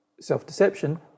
self-deception